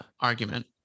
argument